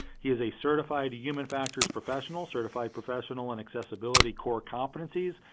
he is a certified human factors professional, certified professional in accessibility core competencies,